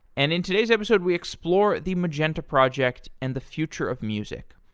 and in today's episode, we explore the magenta project and the future of music.